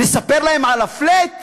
נספר להם על ה-flat?